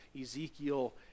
Ezekiel